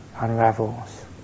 unravels